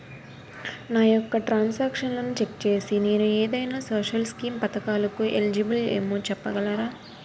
నా యెక్క ట్రాన్స్ ఆక్షన్లను చెక్ చేసి నేను ఏదైనా సోషల్ స్కీం పథకాలు కు ఎలిజిబుల్ ఏమో చెప్పగలరా?